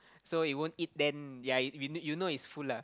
so it won't eat then ya we you you know it's full lah